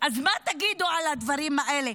אז מה תגידו על הדברים האלה?